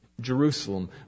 Jerusalem